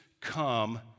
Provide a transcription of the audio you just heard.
come